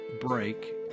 break